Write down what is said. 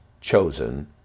chosen